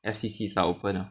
F_C_Cs are open ah